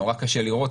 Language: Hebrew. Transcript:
נורא קשה לראות,